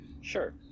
Sure